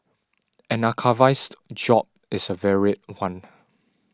an archivist's job is a varied one